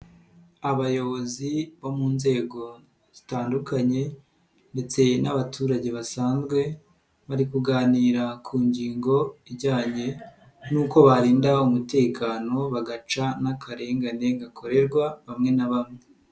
Abayobozi bo mu nzego zitandukanye ndetse n'abaturage basanzwe bari kuganira ku ngingo ijyanye n'uko barinda umutekano bagaca n'akarengane gakorerwa bamwe n'abamwe.